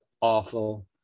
awful